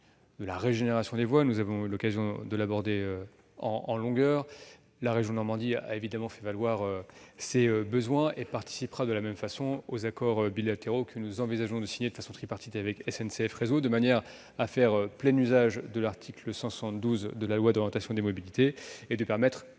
de la régénération des voies. La région Normandie a évidemment fait valoir ses besoins. Elle participera de la même façon aux accords bilatéraux que nous envisageons de signer de façon tripartite avec SNCF Réseau, de manière à faire plein usage de l'article 172 de la loi d'orientation des mobilités et de permettre,